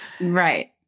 Right